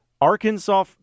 Arkansas